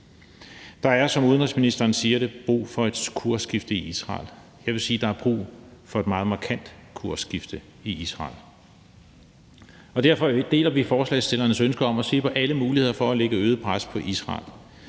Der er, som udenrigsministeren siger det, brug for et kursskifte i Israel. Jeg vil sige, at der er brug for et meget markant kursskifte i Israel, og derfor deler vi forslagsstillernes ønske om at se på alle muligheder for at lægge et øget pres på Israel.